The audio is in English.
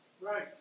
Right